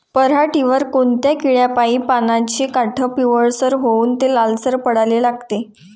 पऱ्हाटीवर कोनत्या किड्यापाई पानाचे काठं पिवळसर होऊन ते लालसर पडाले लागते?